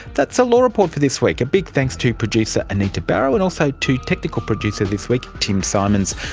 that's the law report for this week. a big thanks to producer anita barraud and also to technical producer this week tim symonds.